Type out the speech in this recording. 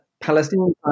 palestinian